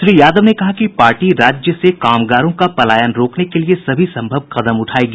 श्री यादव ने कहा कि पार्टी राज्य से कामगारों का पलायन रोकने के लिए सभी संभव कदम उठाएगी